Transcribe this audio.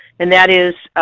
and that is